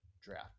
draft